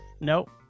Nope